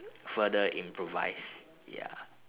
further improvised ya